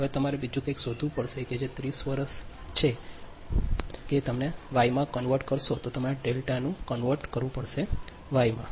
હવે તમારે બીજું કંઈક શોધવું પડશે કે જે તે ત્રીસ વર્ષ એ છે કે તમે તેને વાયમાં કન્વર્ટ કરશો હવે તમારે આ ને કન્વર્ટ કરવું પડશે વાય માં